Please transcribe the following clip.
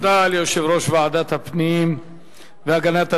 תודה ליושב-ראש ועדת הפנים והגנת הסביבה,